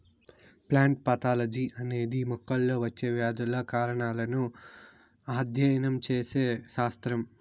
plant pathology అనేది మొక్కల్లో వచ్చే వ్యాధుల కారణాలను అధ్యయనం చేసే శాస్త్రం